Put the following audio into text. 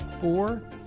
four